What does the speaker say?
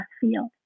field